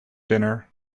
dinner